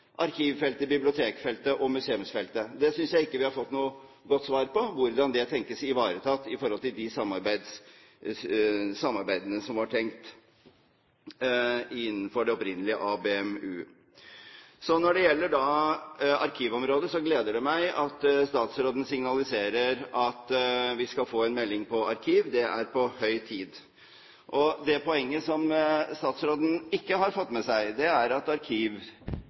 arkivfeltet, bibliotekfeltet og museumsfeltet. Jeg synes ikke vi har fått noe godt svar på hvordan dette tenkes ivaretatt i forhold til det samarbeidet som var tenkt innenfor det opprinnelige ABM-u. Når det så gjelder arkivområdet, gleder det meg at statsråden signaliserer at vi skal få en melding om arkiv. Det er på høy tid. Det poenget som statsråden ikke har fått med seg, er at